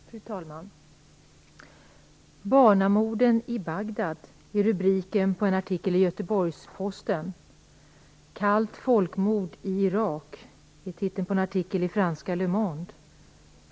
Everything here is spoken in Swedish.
Fru talman! "Barnamorden i Bagdad" är rubriken på en artikel i Göteborgs-Posten. "Kallt folkmord i Irak" är titeln på en artikel i franska Le Monde.